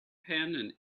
pan